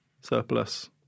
surplus